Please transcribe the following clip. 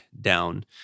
down